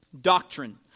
doctrine